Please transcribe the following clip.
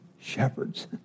shepherds